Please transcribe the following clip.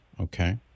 Okay